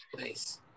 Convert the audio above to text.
Nice